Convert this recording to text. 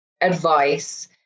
advice